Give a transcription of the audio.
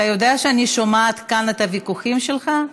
אתה יודע שאני שומעת כאן את הוויכוחים שלך?